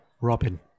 Robin